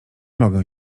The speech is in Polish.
mogę